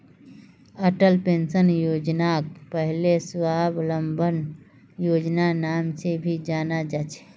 Atal pension योजनाक पहले स्वाबलंबन योजनार नाम से भी जाना जा छे